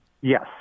Yes